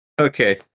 Okay